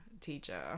teacher